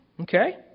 okay